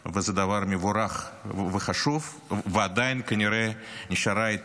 וזה דבר מבורך וחשוב, וכנראה שעדיין נשארה יתרה.